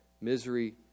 Misery